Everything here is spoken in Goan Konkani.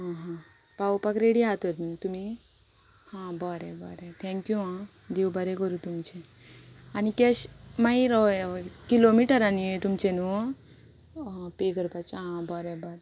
हां हां पावोपाक रेडी हा तर तुमी हां बरें बरें थँक्यू आ बरें करूं तुमचे आनी कॅश मागीर किलोमिटरां न्ही तुमचें न्हू पे करपाचें आ बरें बरें